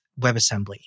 WebAssembly